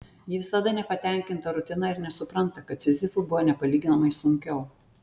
ji visada nepatenkinta rutina ir nesupranta kad sizifui buvo nepalyginamai sunkiau